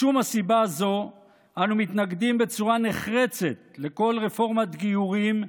משום הסיבה הזו אנו מתנגדים בצורה נחרצת לכל רפורמת גיורים,